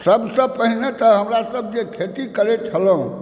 सबसँ पहिने तऽ हमरासब जे खेती करै छलहुँ